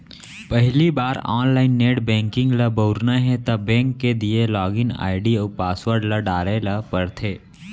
पहिली बार online net banking ल बउरना हे त बेंक के दिये लॉगिन आईडी अउ पासवर्ड ल डारे ल परथे